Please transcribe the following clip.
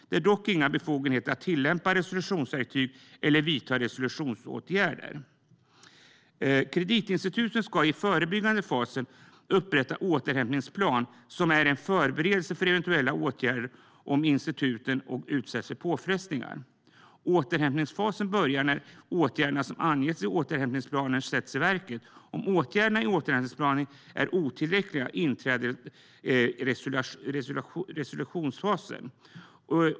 Den har dock inga befogenheter att tillämpa resolutionsverktyg eller vidta resolutionsåtgärder. Kreditinstituten ska i den förebyggande fasen upprätta en återhämtningsplan som en förberedelse för eventuella åtgärder om instituten utsätts för påfrestningar. Återhämtningsfasen börjar när åtgärderna som angetts i återhämtningsplanen sätts i verket. Om åtgärderna i återhämtningsplanen är otillräckliga inträder resolutionsfasen.